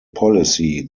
policy